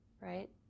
right